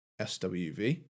SWV